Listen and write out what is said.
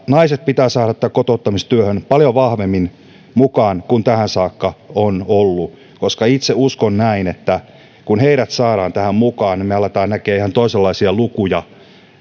naiset pitää saada tähän kotouttamistyöhön paljon vahvemmin mukaan kuin tähän saakka on ollut koska itse uskon näin että kun heidät saadaan tähän mukaan niin me alamme näkemään ihan toisenlaisia lukuja